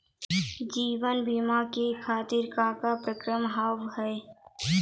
जीवन बीमा के खातिर का का प्रक्रिया हाव हाय?